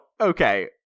Okay